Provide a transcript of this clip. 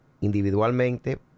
individualmente